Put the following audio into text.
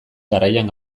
garaian